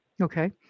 Okay